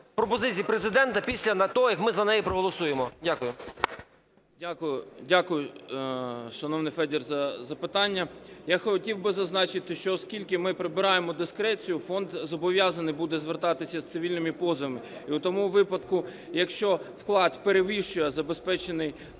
пропозицій Президента після того, як ми за них проголосуємо? Дякую. 14:19:05 ІОНУШАС С.К. Дякую, шановний Федір, за запитання. Я хотів би зазначити, що оскільки ми прибираємо дискреція: фонд зобов'язаний буде звертатися з цивільними позовами, і у тому випадку, якщо вклад перевищує забезпечений